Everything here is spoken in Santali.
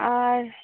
ᱟᱨ